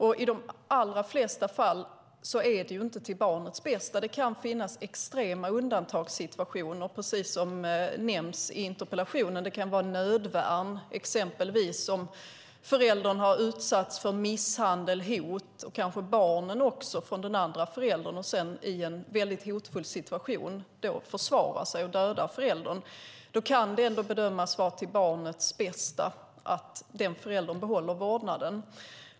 I de allra flesta fall är det inte till barnets bästa. Det kan finnas extrema undantagssituationer, precis som nämns i interpellationen. Det kan vara nödvärn om föräldern exempelvis har utsatts för misshandel och hot, och kanske också barnen, från den andra föräldern. I en väldigt hotfull situation kan den ena föräldern försvara sig och döda den andra föräldern. Då kan det ändå bedömas vara till barnets bästa att den föräldern behåller vårdnaden.